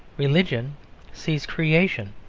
religion sees creation,